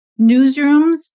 newsrooms